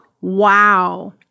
wow